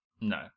No